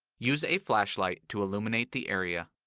use a flashlight to illuminate the area.